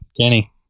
Kenny